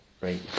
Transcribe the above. right